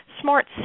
smart